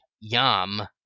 yam